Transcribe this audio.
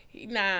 Nah